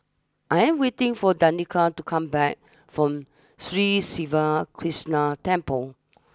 I am waiting for Danika to come back from Sri Siva Krishna Temple